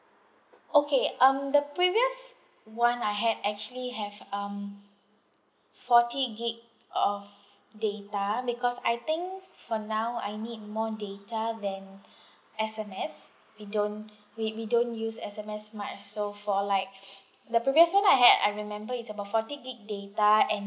okay um the previous [one] I had actually have um forty gigabyte of data because I think for now I need more data than S_M_S we don't we we don't use S_M_S much so for like the previous [one] I had I remember it's about forty gigabyte data and